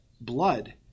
blood